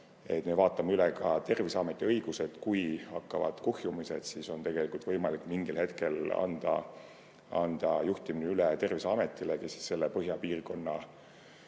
et me vaatame üle ka Terviseameti õigused. Kui hakkavad kuhjumised, siis on tegelikult võimalik mingil hetkel anda juhtimine üle Terviseametile, kes selle põhjapiirkonna